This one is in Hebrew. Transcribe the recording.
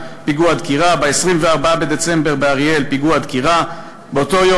"בית הדסה" פיגוע דקירה, באותו יום